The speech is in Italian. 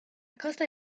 costa